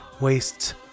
wastes